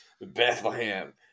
Bethlehem